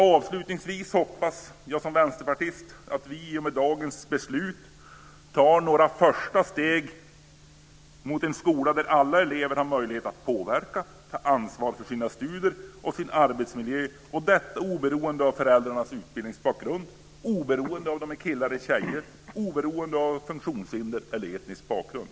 Avslutningsvis hoppas jag som vänsterpartist att vi i och med dagens beslut tar några första steg mot en skola där alla elever har en möjlighet att påverka, ta ansvar för sina studier och sin arbetsmiljö. Detta ska kunna ske oberoende av föräldrarnas utbildningsbakgrund, oberoende av om eleverna är killar eller tjejer och oberoende av om de är funktionshindrade eller har annan etnisk bakgrund.